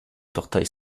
portail